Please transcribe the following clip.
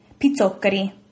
pizzoccheri